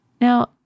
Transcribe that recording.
Now